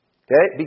okay